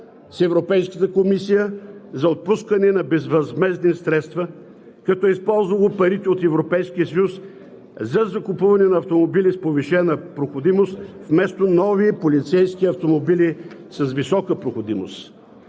с Европейската комисия за отпускане на безвъзмездни средства, като е използвало парите от Европейския съюз за закупуване на автомобили с повишена проходимост, вместо нови полицейски автомобили с висока проходимост